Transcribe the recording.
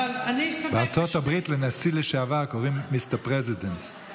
בארצות הברית לנשיא לשעבר קוראים Mister President.